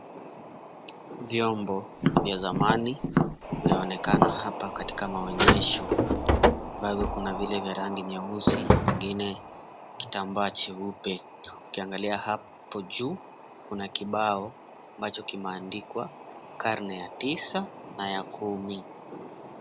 Vyombo vya zamani vyaonekana hapa katika maonyesho ambazo kuna vile vya rangi nyeusi vingine kitambaa cheupe. Ukiangalia hapo juu kuna kibao ambacho kimeandikwa karne ya tisa na ya kumi.